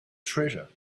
treasure